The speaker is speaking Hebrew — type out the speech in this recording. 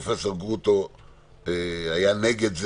פרופסור גרוטו היה נגד.